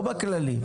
לא בכללי.